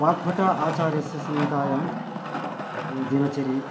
वाग्भटाचार्यस्य संहितायां दिनचर्या